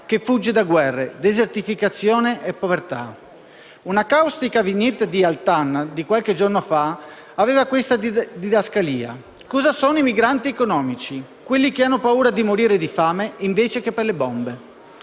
che fugge da guerre, desertificazione, povertà. Una caustica vignetta di Altan di qualche giorno fa aveva questa didascalia: «Che cosa sono i migranti economici? Quelli che hanno paura di morire di fame invece che per le bombe».